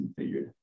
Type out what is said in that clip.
configured